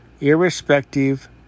irrespective